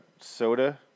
soda